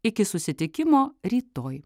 iki susitikimo rytoj